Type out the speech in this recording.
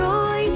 Joy